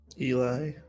Eli